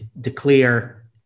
declare